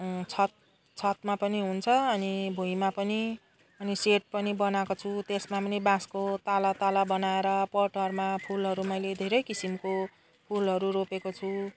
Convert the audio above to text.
छत छतमा पनि हुन्छ अनि भुईँमा पनि अनि सेड पनि बनाएको छु त्यसमा पनि बाँसको तला तला बनाएर पटहरूमा फुलहरू मैले धेरै किसिमको फुलहरू रोपेको छु